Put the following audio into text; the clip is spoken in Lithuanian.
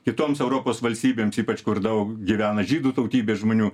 kitoms europos valstybėms ypač kur daug gyvena žydų tautybės žmonių